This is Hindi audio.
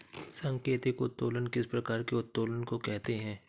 सांकेतिक उत्तोलन किस प्रकार के उत्तोलन को कहते हैं?